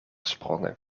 sprongen